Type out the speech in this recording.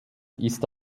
ist